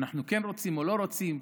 אנחנו כן רוצים או לא רוצים,